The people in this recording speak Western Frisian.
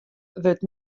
wurdt